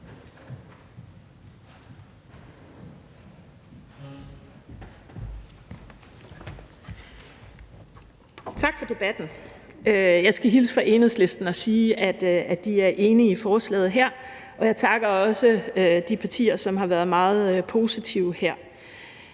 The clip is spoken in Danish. Tak for debatten. Jeg skal hilse fra Enhedslisten og sige, at de er enige i forslaget, og jeg takker også de partier, som har været meget positive her.